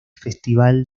festival